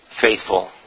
faithful